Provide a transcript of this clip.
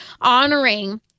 honoring